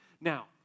Now